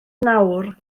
nawr